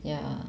ya